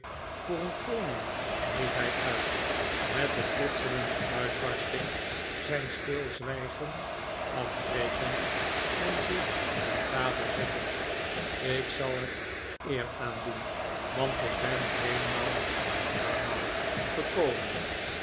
voor een koning riep hij uit met een plotselinge uitbarsting zijn stilzwijgen afbrekend en zich aan tafel zettend ik zal het eer aandoen want ik ben heelemaal uit yarmouth gekomen